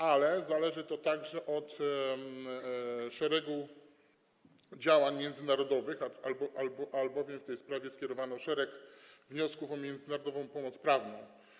Ale zależy to także od szeregu działań międzynarodowych, albowiem w tej sprawie skierowano szereg wniosków o międzynarodową pomoc prawną.